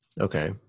Okay